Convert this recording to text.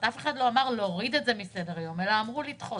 אף אחד לא אמר להוריד את זה מסדר היום אלא אמרו לדחות.